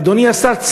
אדוני השר,